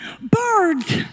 Birds